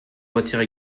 retire